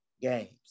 games